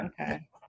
Okay